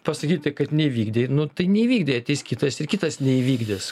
pasakyti kad neįvykdė nu tai neįvykdė ateis kitas ir kitas neįvykdys